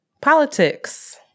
politics